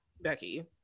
Becky